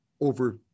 over